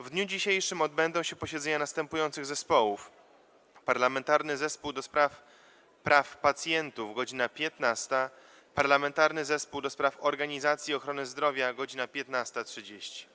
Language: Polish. W dniu dzisiejszym odbędą się posiedzenia następujących zespołów parlamentarnych: - Parlamentarnego Zespołu ds. Praw Pacjentów - godz. 15, - Parlamentarnego Zespołu ds. Organizacji Ochrony Zdrowia - godz. 15.30.